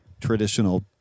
traditional